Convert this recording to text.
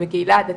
בקהילה דתית,